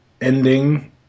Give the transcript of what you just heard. ending